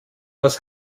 was